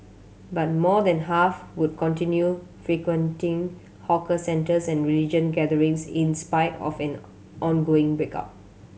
but more than half would continue frequenting hawker centres and religion gatherings in spite of an ongoing break out